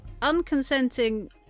unconsenting